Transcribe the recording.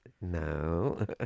No